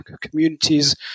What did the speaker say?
communities